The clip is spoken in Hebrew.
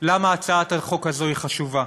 למה הצעת החוק הזאת היא חשובה.